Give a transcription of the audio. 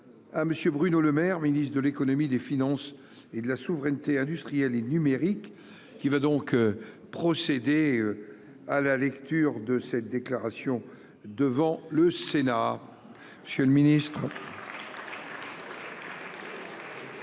à M. Bruno Le Maire, ministre de l'économie, des finances et de la souveraineté industrielle et numérique, qui va lire cette déclaration devant le Sénat. Monsieur le président,